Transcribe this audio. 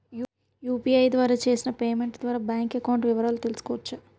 UPI ద్వారా చేసిన payment ద్వారా బ్యాంక్ అకౌంట్ వివరాలు తెలుసుకోవచ్చ?